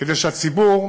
כדי שהציבור,